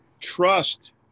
trust